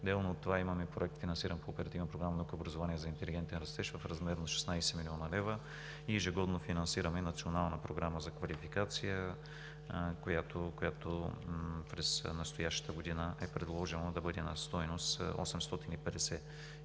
Отделно от това имаме Проект по Оперативна програма „Наука и образование за интелигентен растеж“ в размер на 16 млн. лв. Ежегодно финансираме национална програма за квалификация, която през настоящата година е предложено да бъде на стойност 850 хил.